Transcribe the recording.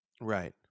Right